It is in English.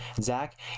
Zach